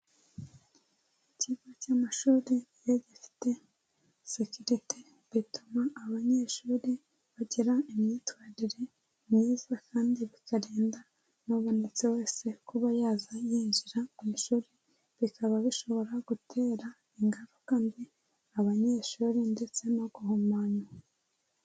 Ikigo cy'amashuri yari gifite securite bituma abanyeshuri bagira imyitwarire myiza kandi bikarinda ubonetse wese kuba yaza yinjira mu ishuri, bikaba bishobora gutera ingaruka mbi abanyeshuri ndetse no guhumana.